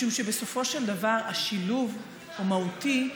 משום שבסופו של דבר השילוב הוא מהותי,